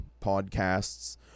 Podcasts